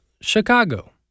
Chicago